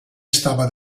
estava